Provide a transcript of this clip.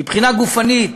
מבחינה גופנית,